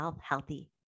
healthy